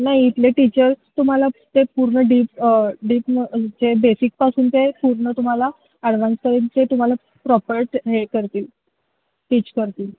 नाही इथले टीचर्स तुम्हाला ते पूर्ण डीप डीप म्हणजे बेसिकपासून ते पूर्ण तुम्हाला ॲडव्हान्स पर्यंत ते तुम्हाला प्रॉपर हे करतील टीच करतील